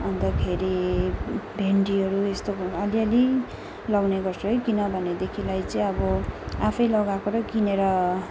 अन्त खेरि भेन्डीहरू यस्तो अलिअलि लाउने गर्छु है किनभनेदेखिलाई चाहिँ अब आफै लगाएको र किनेर